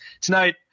tonight